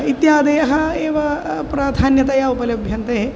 इत्यादयः एव प्राधान्यतया उपलभ्यन्ते